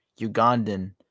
Ugandan